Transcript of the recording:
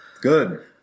Good